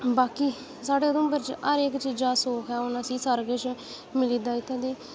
बाकी साढ़ी उधमपुर च हर इक चीजै दा सुख ऐ हुन असें गी सारा किश मिली जंदा ऐ इत्थै